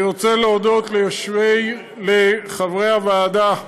אני רוצה להודות לחברי הוועדה: